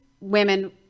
women